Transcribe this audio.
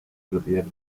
propiedad